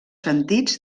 sentits